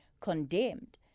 condemned